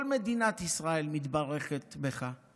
כל מדינת ישראל מתברכת בך.